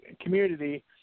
community